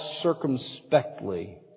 circumspectly